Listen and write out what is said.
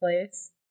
place